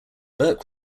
burke